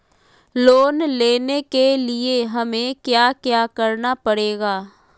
Loan लेने के लिए हमें क्या क्या करना पड़ेगा?